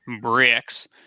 bricks